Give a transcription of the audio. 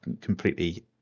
completely